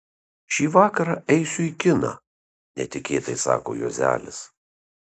šį vakarą eisiu į kiną netikėtai sako juozelis